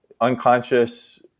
unconscious